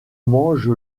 mange